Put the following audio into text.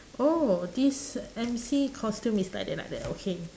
oh this M_C costume is like that like that okay